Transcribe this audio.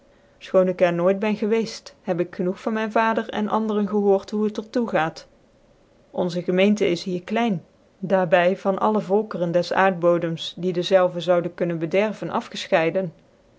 fchoon ik er nooit ben gcwceft heb ik genoeg van myn vader cn andere gchooi t hoe het er toegaat onze gemeente is hier klein daar by van alle volkeren des aardbodems die dezelve zoude kunnen bederven